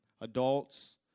Adults